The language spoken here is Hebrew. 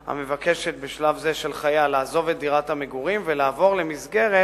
המבקשת בשלב זה של חייה לעזוב את דירת המגורים ולעבור למסגרת